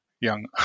young